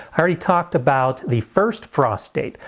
i already talked about the first frost date.